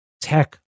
tech